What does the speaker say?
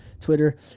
twitter